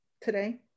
today